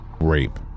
rape